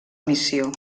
missió